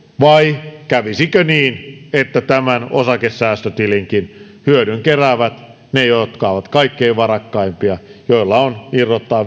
vai kävisikö niin että tämän osakesäästötilinkin hyödyn keräävät ne jotka ovat kaikkein varakkaimpia joilla on irrottaa